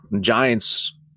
giants